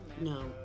No